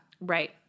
Right